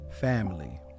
Family